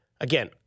Again